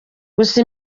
gusa